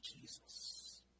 Jesus